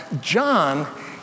John